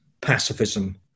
pacifism